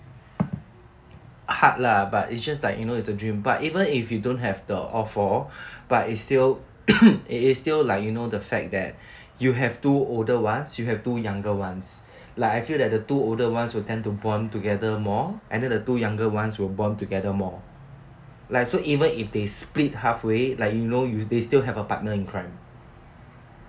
hard lah but it's just like you know it's a dream but even if you don't have the all four but it's still it's still like you know the fact that you have two older ones you have two younger ones like I feel like the two older ones will tend to bond together more and then the two younger ones will bond together more like so even if they split halfway like you know you they still have a partner in crime